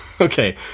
okay